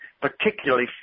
particularly